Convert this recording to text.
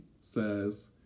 says